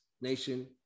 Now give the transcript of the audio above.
Nation